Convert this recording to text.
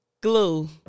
Glue